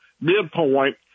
midpoint